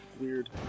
weird